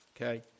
okay